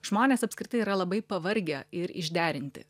žmonės apskritai yra labai pavargę ir išderinti